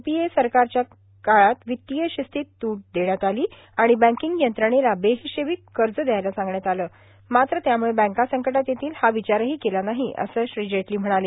UPA सरकारच्या काळात वित्तीय शिस्तीत सूट देण्यात आली आणि बँकींग यंत्रणेला बेहिशेबी कर्ज द्यायला सांगण्यात आलं मात्र त्यामुळं बँका संकटात येतील हा विचारही केला नाही असं श्री जेटली म्हणाले